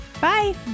Bye